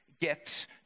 gifts